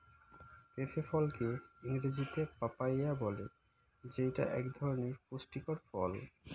পেঁপে ফলকে ইংরেজিতে পাপায়া বলে যেইটা এক ধরনের পুষ্টিকর ফল